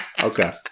Okay